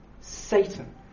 Satan